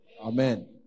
Amen